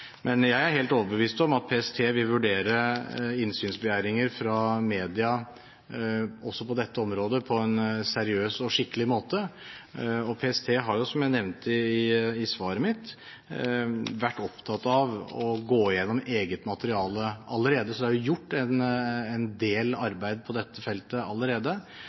Jeg er helt overbevist om at PST vil vurdere innsynsbegjæringer fra media også på dette området på en seriøs og skikkelig måte. PST har, som jeg nevnte i svaret mitt, vært opptatt av å gå gjennom eget materiale allerede, så det er gjort en del arbeid på dette feltet allerede,